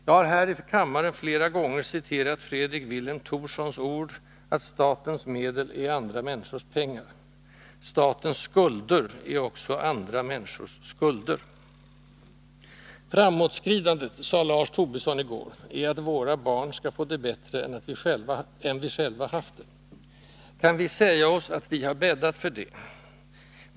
Jag har här i kammaren flera gånger citerat Fredrik Vilhelm Thorssons ord att ”statens medel är andra människors pengar”. Statens skulder är också andra människors skulder. Framåtskridandet, sade Lars Tobisson i går, är att våra barn skall få det bättre än vi själva haft det. Kan vi säga oss att vi har bäddat för det?